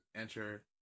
enter